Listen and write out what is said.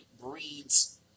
breeds